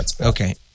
okay